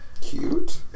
cute